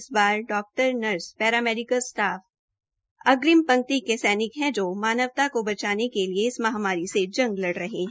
इस बार doctor nurse paramedical staff पहली पंक्ति के सैनिक है जो मानवता को बचाने के लिए इस महामारी से जंग लड़ रहे है